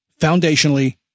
foundationally